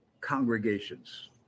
congregations